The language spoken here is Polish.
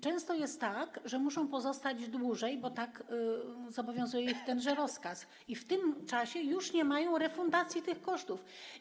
Często jest tak, że muszą pozostać dłużej, bo tak zobowiązuje ich tenże rozkaz, i w tym czasie już nie mają refundacji tych kosztów.